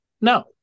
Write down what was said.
No